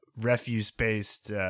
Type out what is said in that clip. refuse-based